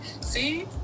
See